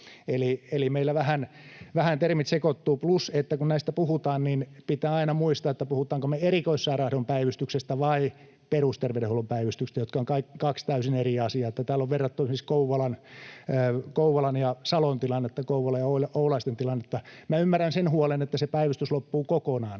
Eli meillä vähän termit sekoittuvat, plus kun näistä puhutaan, niin pitää aina muistaa, puhutaanko me erikoissairaanhoidon päivystyksestä vai perusterveydenhuollon päivystyksestä, jotka ovat kaksi täysin eri asiaa — täällä on verrattu esimerkiksi Kouvolan ja Salon tilannetta, Kouvolan ja Oulaisten tilannetta. Minä ymmärrän sen huolen, että se päivystys loppuu kokonaan,